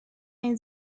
این